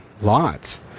lots